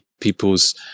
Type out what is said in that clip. people's